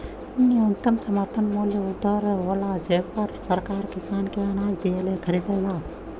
न्यूनतम समर्थन मूल्य उ दर होला जेपर सरकार किसान के अनाज खरीदेला